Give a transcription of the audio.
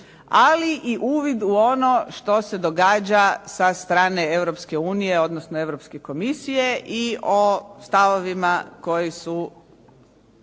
ali i uvid u ono što se događa sa strane Europske unije, odnosno Europske komisije i o stavovima koji se